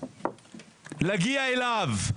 שמצליחים להגיע אליו,